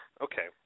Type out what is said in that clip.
Okay